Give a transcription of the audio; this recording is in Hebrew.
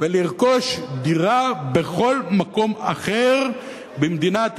ולרכוש דירה בכל מקום אחר במדינת ישראל,